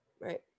right